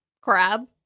Crab